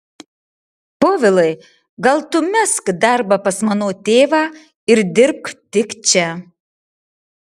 povilai gal tu mesk darbą pas mano tėvą ir dirbk tik čia